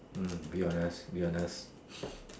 uh be honest be honest